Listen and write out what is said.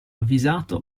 avvisato